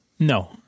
No